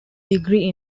degree